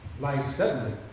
life suddenly,